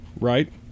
right